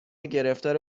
گرفتار